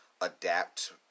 adapt